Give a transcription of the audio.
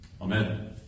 Amen